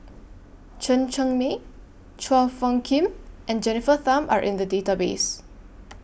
Chen Cheng Mei Chua Phung Kim and Jennifer Tham Are in The Database